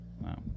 Wow